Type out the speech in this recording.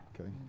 okay